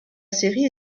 série